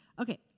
Okay